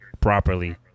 properly